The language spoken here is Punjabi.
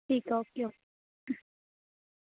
ਠੀਕ ਹੈ ਓਕੇ ਓਕੇ